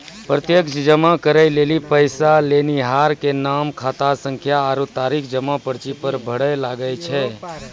प्रत्यक्ष जमा करै लेली पैसा लेनिहार के नाम, खातासंख्या आरु तारीख जमा पर्ची पर भरै लागै छै